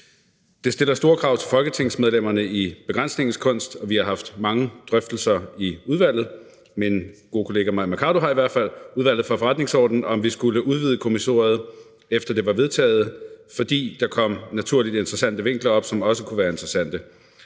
Det stiller store krav til folketingsmedlemmerne i forhold til begrænsningens kunst, og vi har haft mange drøftelser i Udvalget for Forretningsordenen – min gode kollega fru Mai Mercado har i hvert fald – om vi skulle udvide kommissoriet, efter at det var vedtaget, fordi der kom naturligt interessante vinkler op, som også kunne være interessante.